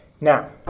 Now